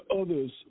others